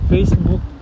Facebook